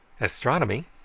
Astronomy